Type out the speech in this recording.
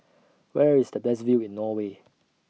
Where IS The Best View in Norway